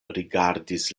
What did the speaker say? rigardis